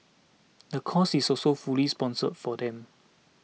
the course is also fully sponsored for them